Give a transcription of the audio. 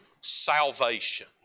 salvation